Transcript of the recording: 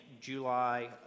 July